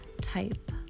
type